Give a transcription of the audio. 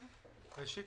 ראשית,